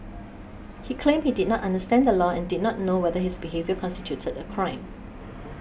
he claimed he did not understand the law and did not know whether his behaviour constituted a crime